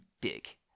dick